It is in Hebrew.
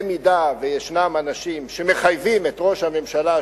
אם ישנם אנשים שמחייבים את ראש הממשלה,